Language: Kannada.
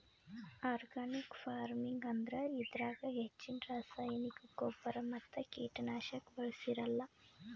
ಆರ್ಗಾನಿಕ್ ಫಾರ್ಮಿಂಗ್ ಅಂದ್ರ ಇದ್ರಾಗ್ ಹೆಚ್ಚಿನ್ ರಾಸಾಯನಿಕ್ ಗೊಬ್ಬರ್ ಮತ್ತ್ ಕೀಟನಾಶಕ್ ಬಳ್ಸಿರಲ್ಲಾ